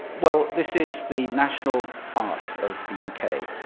well, this is the national art of the u k.